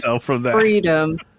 freedom